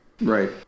Right